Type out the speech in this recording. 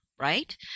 right